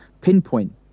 pinpoint